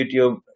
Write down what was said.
youtube